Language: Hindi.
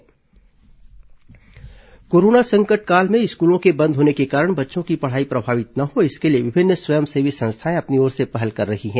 दुर्ग हर घर स्कूल अभियान कोरोना संकट काल में स्कूलों के बंद होने के कारण बच्चों की पढ़ाई प्रभावित न हो इसके लिए विभिन्न स्वयंसेवी संस्थाएं अपनी ओर से पहल कर रही हैं